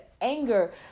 anger